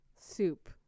soup